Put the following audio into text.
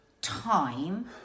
time